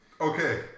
Okay